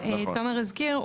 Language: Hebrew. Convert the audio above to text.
שתומר הזכיר,